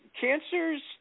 Cancers